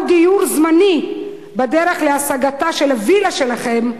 דיור זמני בדרך להשגתה של הווילה שלכם,